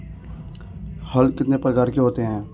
हल कितने प्रकार के होते हैं?